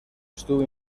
estuvo